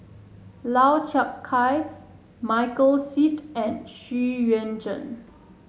Lau Chiap Khai Michael Seet and Xu Yuan Zhen